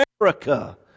America